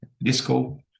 disco